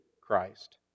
Christ